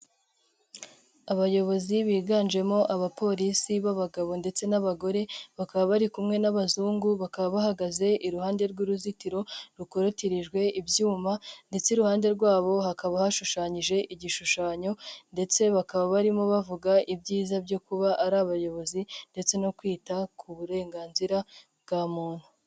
Abayobozi biganjemo abapolisi b'abagabo ndetse n'abagore bakaba bari kumwe n'abazungu, bakaba bahagaze iruhande rw'uruzitiro rukorotirijwe ibyuma ndetse iruhande rwabo hakaba hashushanyije igishushanyo ndetse bakaba barimo bavuga ibyiza byo kuba ari abayobozi ndetse no kwita ku burenganzira bwa muntu.